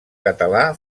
català